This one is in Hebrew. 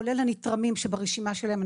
כולל הנתרמים שברשימה שלהם.